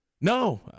No